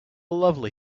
lovely